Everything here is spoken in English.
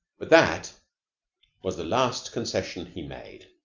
but that was the last concession he made.